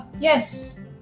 yes